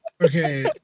Okay